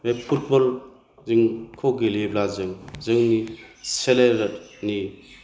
बे पुटबल खौ गेलेयोब्ला जों जोंनि सेलेलथनि